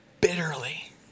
bitterly